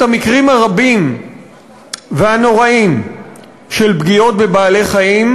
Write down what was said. המקרים הרבים והנוראים של פגיעות בבעלי-חיים,